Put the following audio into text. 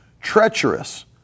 treacherous